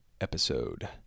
episode